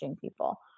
people